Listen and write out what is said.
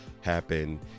happen